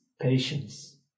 patience